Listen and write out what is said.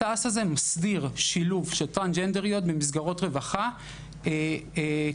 התע"ס הזה מסדיר שילוב של טרנסג'נדריות במסגרות רווחה כלליות,